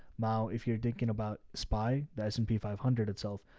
now, if you're thinking about spy, the s and p five hundred itself,